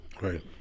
Right